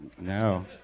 No